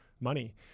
money